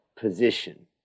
position